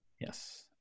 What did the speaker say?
Yes